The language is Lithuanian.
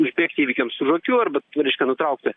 užbėgti įvykiams už akių arba reiškia nutraukti